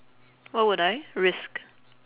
what would I risk